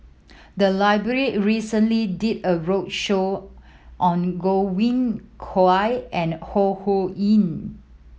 the library recently did a roadshow on Godwin Koay and Ho Ho Ying